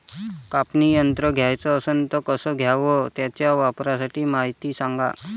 कापनी यंत्र घ्याचं असन त कस घ्याव? त्याच्या वापराची मायती सांगा